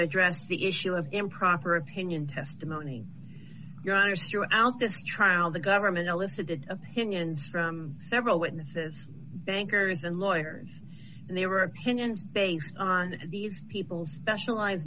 address the issue of improper opinion testimony your honour's throughout this trial the government elicited opinions from several witnesses bankers and lawyers and they were opinions based on these people's specialize